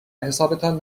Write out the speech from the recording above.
حسابتان